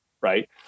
right